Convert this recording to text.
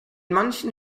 manchen